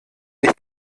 ich